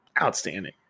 outstanding